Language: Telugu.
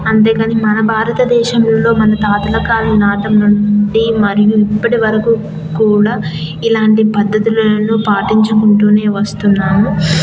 అంతేకానీ మన భారత దేశంలో మన తాతల కాలం నాటి నుండి మరియు ఇప్పటి వరకు కూడా ఇలాంటి పద్ధతులను పాటించుకుంటూనే వస్తున్నాను